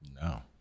No